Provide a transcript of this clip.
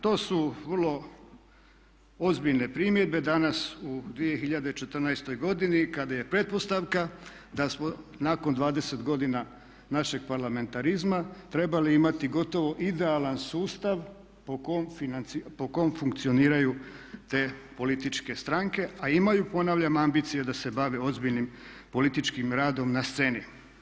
To su vrlo ozbiljne primjedbe danas u 2014. godini kada je pretpostavka da smo nakon 20 godina našeg parlamentarizma trebali imati gotovo idealan sustav po kom funkcioniraju te političke stranke, a imaju ponavljam ambicije da se bave ozbiljnim političkim radom na sceni.